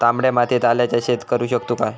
तामड्या मातयेत आल्याचा शेत करु शकतू काय?